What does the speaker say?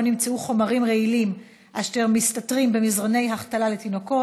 נמצאו חומרים רעילים במזרני החתלה לתינוקות,